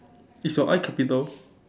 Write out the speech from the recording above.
is your I capital